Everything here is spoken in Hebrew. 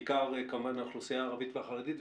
בעיקר כמובן על האוכלוסייה הערבית והחרדית,